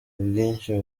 ubwinshi